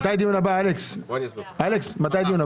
הישיבה ננעלה